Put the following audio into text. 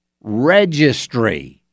registry